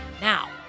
now